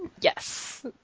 Yes